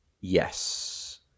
Yes